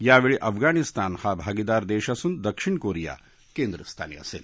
यावेळी अफगाणिस्तान हा भागीदार देश असून दक्षिण कोरिया कॅद्रस्थानी असेल